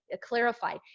clarify